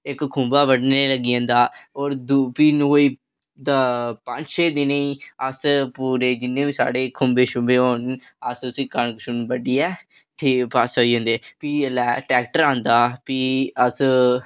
इक इक खुम्बा बड्ढनें ई लगी जंदा कोई पंज छे दिनें च अस पूरे जन्ने बी साढ़े खुम्बे शुम्बे होन अस उसी कनक शुनक बड्ढियै ते पास्सै होई जन्ने भी जेल्लै ट्रैक्टर औंदा भी अस